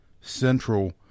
Central